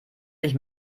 nicht